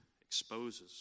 exposes